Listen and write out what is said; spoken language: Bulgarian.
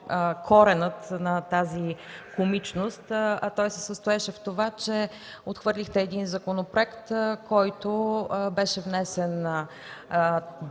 на тази комичност. Той се състоеше в това, че отхвърлихте един законопроект, който беше внесен